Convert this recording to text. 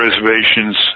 Reservations